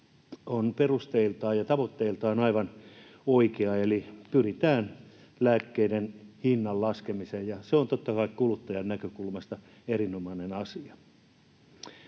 on perusteiltaan ja tavoitteiltaan aivan oikea, eli pyritään lääkkeiden hinnan laskemiseen, ja se on totta kuluttajan näkökulmasta erinomainen asia.